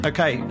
Okay